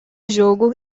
jogo